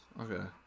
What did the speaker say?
Okay